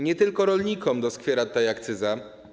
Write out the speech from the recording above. Nie tylko rolnikom doskwiera ta akcyza.